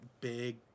big